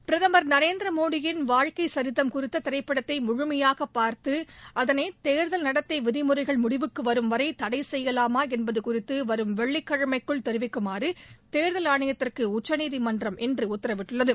பிரதமர் நரேந்திர மோடியின் வாழ்க்கை சரிதம் குறித்த திரைப்படத்தை முழுமையாக பார்த்து அதனை தேர்தல் நடத்தை விதிமுறைகள் முடிவுக்கு வரும் வரை தடை செய்யலாமா என்பது குறித்து வரும் வெள்ளிக்கிழமைக்குள் தெரிவிக்குமாறு தேர்தல் ஆணையத்திற்கு உச்சநீதிமன்றம் இன்று உத்தரவிட்டது